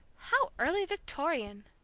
how early victorian!